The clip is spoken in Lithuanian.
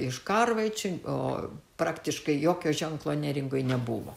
iš karvaičių o praktiškai jokio ženklo neringpj nebuvo